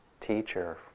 teacher